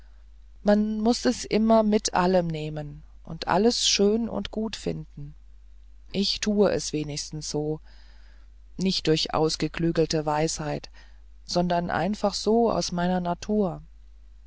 man muß es immer mit allem nehmen und alles schön und gut finden ich tue es wenigstens so nicht durch ausgeklügelte weisheit sondern einfach so aus meiner natur